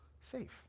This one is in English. safe